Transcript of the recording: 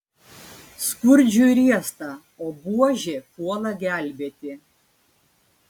skurdžiui riesta o buožė puola gelbėti